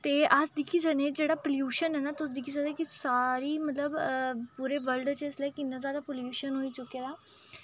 ते अस दिक्खी सकने जेह्ड़ा पलूशन ऐ तुस दिक्खी सकदे कि सारी मतलब कि पूरे वर्ल्ड च इसलै कि'न्ना जादा पलूशन होई चुके दा